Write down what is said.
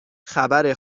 خبر